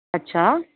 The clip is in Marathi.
अच्छा